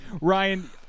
Ryan